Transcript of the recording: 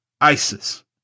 ISIS